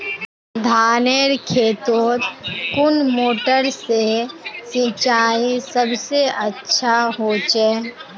धानेर खेतोत कुन मोटर से सिंचाई सबसे अच्छा होचए?